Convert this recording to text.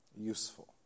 Useful